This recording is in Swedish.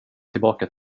tillbaka